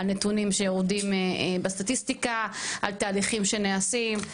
על נתונים שיורדים בסטטיסטיקה, על תהליכים שנעשים.